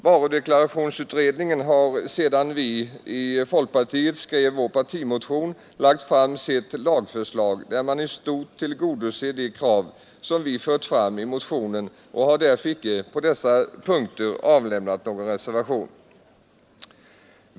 Varudeklarationsutredningen har sedan vi i folkpartiet skrev vår partimotion lagt fram sitt lagförslag, där de krav som vi fört fram i motionen i stort sett tillgodosetts. Vi har därför på dessa punkter icke avlämnat någon reservation.